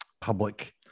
public